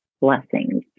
blessings